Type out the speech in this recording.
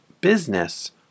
business